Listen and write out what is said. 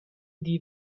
die